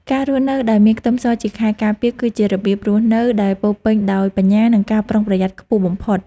ការរស់នៅដោយមានខ្ទឹមសជាខែលការពារគឺជារបៀបរស់នៅដែលពោរពេញដោយបញ្ញានិងការប្រុងប្រយ័ត្នខ្ពស់បំផុត។